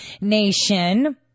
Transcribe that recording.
nation